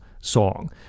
song